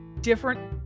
different